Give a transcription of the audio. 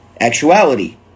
actuality